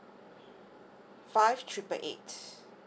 five triple eight